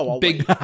big